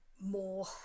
more